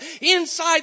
inside